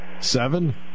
Seven